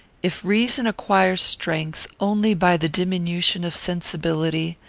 if reason acquires strength only by the diminution of sensibility,